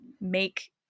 make